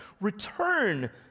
Return